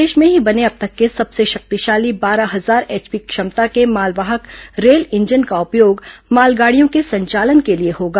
देश में ही बने अब तक के सबसे शक्तिशाली बारह हजार एचपी क्षमता के मालवाहक रेल इंजन का उपयोग मालगाड़ियों के संचालन के लिए होगा